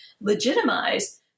legitimize